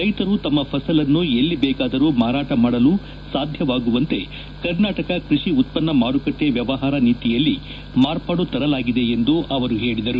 ರೈತರು ತಮ್ಮ ಫಸಲನ್ನು ಎಲ್ಲಿ ಬೇಕಾದರೂ ಮಾರಾಟ ಮಾಡಲು ಸಾಧ್ಯವಾಗುವಂತೆ ಕರ್ನಾಟಕ ಕೃಷಿ ಉತ್ತನ್ನ ಮಾರುಕಟ್ಟೆ ವ್ಯವಹಾರ ನೀತಿಯಲ್ಲಿ ಮಾರ್ಪಾಡು ತರಲಾಗಿದೆ ಎಂದು ಹೇಳಿದರು